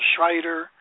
Schreider